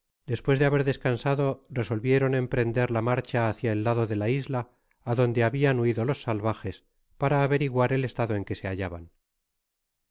despues de haber descansado resolvieron emprender la marcha hácia el lado de la isla adonde habian huido los salvajes para averiguar el estado en que se hallaban